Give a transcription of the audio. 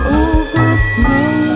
overflow